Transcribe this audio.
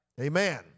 Amen